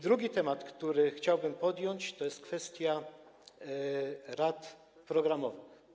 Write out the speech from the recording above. Drugi temat, który chciałbym podjąć, to jest kwestia rad programowych.